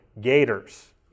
Gators